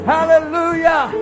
Hallelujah